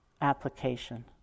application